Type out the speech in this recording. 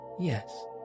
yes